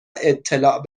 اطلاع